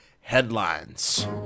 headlines